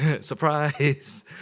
Surprise